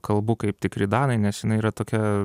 kalbu kaip tikri danai nes jinai yra tokia